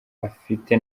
afite